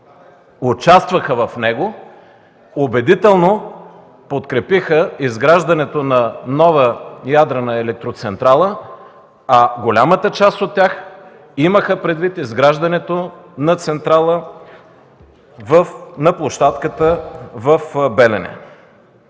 участваха в него, убедително подкрепиха изграждането на нова ядрена електроцентрала, а голямата част от тях имаха предвид изграждането на централа на площадката в Белене.